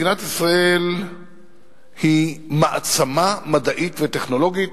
מדינת ישראל היא מעצמה מדעית וטכנולוגית,